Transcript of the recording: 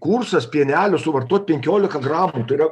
kursas pienelio suvartot penkiolika gramų tai yra